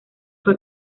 fue